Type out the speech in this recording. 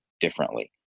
differently